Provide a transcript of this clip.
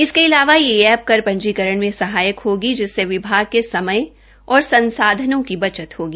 इसके अलावा यह ऐप कर पंजीकरण में सहायक होगी जिससे विभाग के समय और संसाधनों की बचत होगी